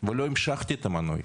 ולא המשכתי את המנוי.